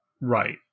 right